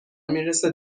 میرسه